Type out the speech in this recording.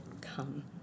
come